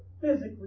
physically